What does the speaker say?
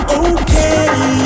okay